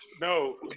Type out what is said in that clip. No